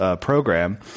program